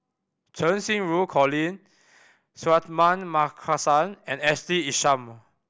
Cheng Xinru Colin Suratman Markasan and Ashley Isham